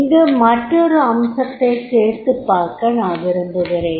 இங்கு மற்றுமொரு அம்சத்தை சேர்த்துப் பார்க்க நான் விரும்புகிறேன்